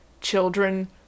children